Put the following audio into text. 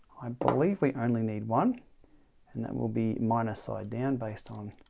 i believe we only need one and that will be minus side down based on.